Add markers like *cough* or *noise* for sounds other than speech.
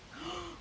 *noise*